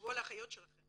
תחשבו על האחיות שלכם